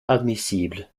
admissible